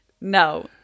no